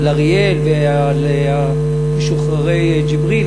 על אריאל ועל משוחררי ג'יבריל.